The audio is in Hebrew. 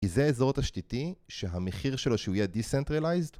כי זה אזור תשתיתי שהמחיר שלו שהוא יהיה Decentralized